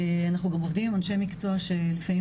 אנחנו גם עובדים עם אנשי מקצוע שלפעמים